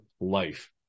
life